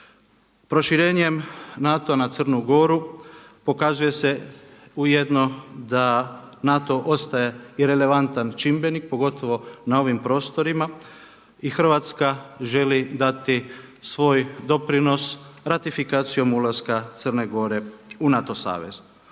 Proširenjem NATO-a na Crnu Goru pokazuje se ujedno da NATO ostaje i relevantan čimbenik pogotovo na ovim prostorima i Hrvatska želi dati svoj doprinos ratifikacijom ulaska Crne Gore u NATO savez.